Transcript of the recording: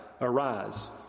arise